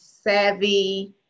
savvy